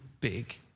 big